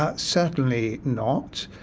ah certainly not.